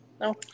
No